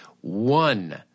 one